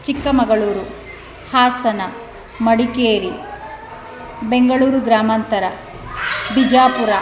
ಚಿಕ್ಕಮಗಳೂರು ಹಾಸನ ಮಡಿಕೇರಿ ಬೆಂಗಳೂರು ಗ್ರಾಮಾಂತರ ಬಿಜಾಪುರ